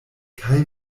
kaj